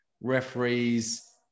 referees